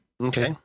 Okay